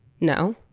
no